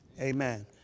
Amen